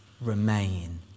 Remain